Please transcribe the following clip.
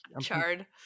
chard